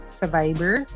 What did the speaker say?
survivor